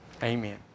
Amen